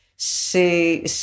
C'est